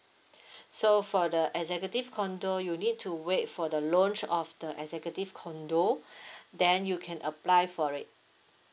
so for the executive condo you need to wait for the launch of the executive condo then you can apply for it